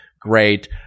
Great